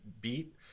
beat